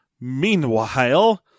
Meanwhile